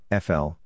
FL